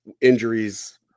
injuries